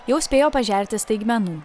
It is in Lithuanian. jau spėjo pažerti staigmenų